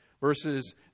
verses